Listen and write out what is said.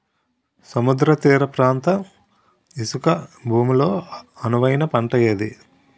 సముద్ర తీర ప్రాంత ఇసుక భూమి లో అనువైన పంట ఏది?